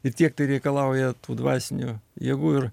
ir tiek tai reikalauja tų dvasinių jėgų ir